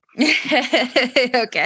okay